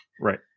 Right